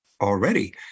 already